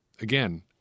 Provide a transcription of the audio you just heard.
Again